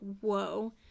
whoa